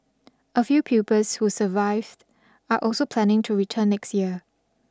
a few pupils who survived are also planning to return next year